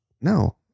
No